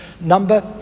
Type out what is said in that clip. number